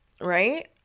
right